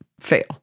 Fail